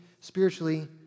spiritually